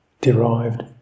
derived